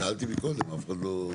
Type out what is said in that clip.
שאלתי מקודם ואף אחד לא אמר.